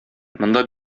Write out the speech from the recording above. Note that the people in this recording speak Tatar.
монда